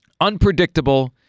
unpredictable